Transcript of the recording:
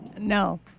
No